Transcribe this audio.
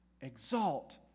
exalt